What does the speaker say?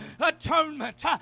atonement